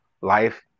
life